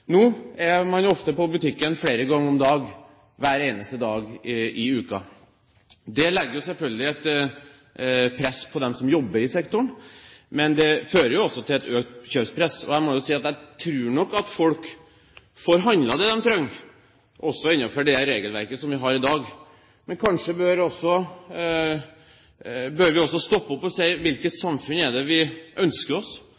Nå er man ofte på butikken flere ganger om dagen hver eneste dag i uka. Det legger selvfølgelig et press på dem som jobber i sektoren, men det fører også til et økt kjøpepress. Jeg tror nok at folk får handlet det de trenger også innenfor det regelverket vi har i dag. Men kanskje bør vi også stoppe opp og se på hvilket samfunn vi ønsker oss?